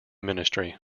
ministry